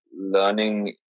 learning